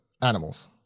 animals